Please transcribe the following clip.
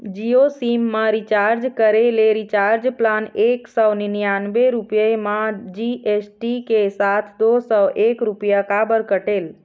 Jio SIM मा recharge करे ले रिचार्ज प्लान एक सौ निन्यानबे रुपए मा जी.एस.टी के साथ दो सौ एक रुपया काबर कटेल?